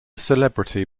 celebrity